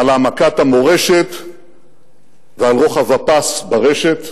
על העמקת המורשת ועל רוחב הפס ברשת,